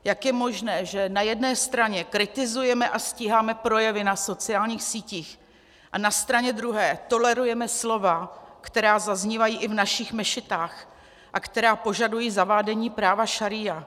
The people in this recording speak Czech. Jak je možné, že na jedné straně kritizujeme a stíháme projevy na sociálních sítích a na straně druhé tolerujeme slova, která zaznívají i v našich mešitách a která požadují zavádění práva šaría?